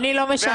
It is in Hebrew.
אני לא משנה.